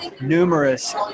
numerous